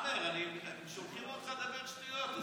עמאר, שולחים אותך לדבר שטויות.